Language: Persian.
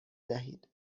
دهید